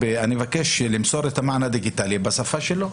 אני מבקש למסור את המען הדיגיטלי בשפה שלו,